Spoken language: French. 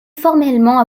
formellement